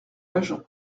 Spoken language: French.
l’agent